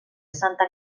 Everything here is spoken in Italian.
santa